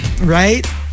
Right